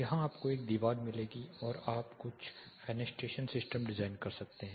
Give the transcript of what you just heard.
यहाँ आपको एक दीवार मिलेगी और आप कुछ फ़ेनस्टेशन सिस्टम डिज़ाइन कर सकते हैं